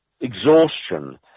exhaustion